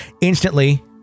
Instantly